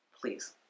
please